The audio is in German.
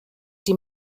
die